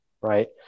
Right